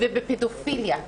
ובפדופיליה,